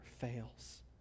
fails